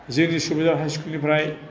जिनोकि सुबिदा हाइस्कुलनिफ्राय